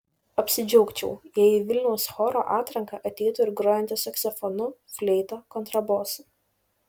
apsidžiaugčiau jei į vilniaus choro atranką ateitų ir grojantys saksofonu fleita kontrabosu